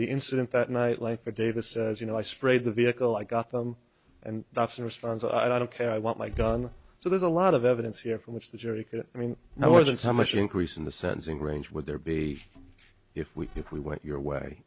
the incident that night like the davis says you know i sprayed the vehicle i got them and that's the response i don't care i want my gun so there's a lot of evidence here from which the jury i mean i wasn't so much increase in the sentencing range would there be if we if we went your way